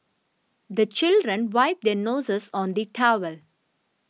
the children wipe their noses on the towel